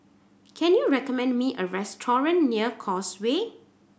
can you recommend me a restaurant near Causeway